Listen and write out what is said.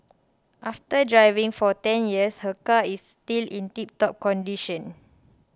after driving for ten years her car is still in tiptop condition